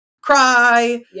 cry